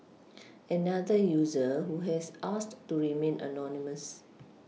another user who has asked to remain anonymous